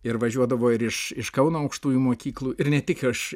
ir važiuodavo ir iš iš kauno aukštųjų mokyklų ir ne tik aš